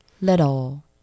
Little